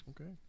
Okay